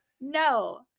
No